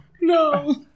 no